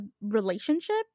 relationship